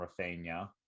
rafinha